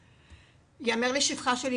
וייאמר לשבחה של אילנה,